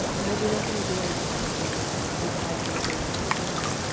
i do not know where your uncle is, replied gabriel suddenly,